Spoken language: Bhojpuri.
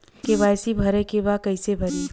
के.वाइ.सी भरे के बा कइसे भराई?